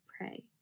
pray